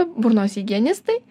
burnos higienistai